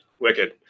Wicked